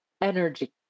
energy